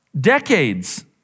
decades